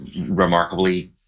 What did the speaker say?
remarkably